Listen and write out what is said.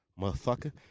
Motherfucker